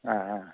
ആ ആ